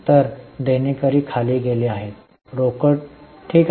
तर देणेकरी खाली गेले आहेत रोकड ठीक आहे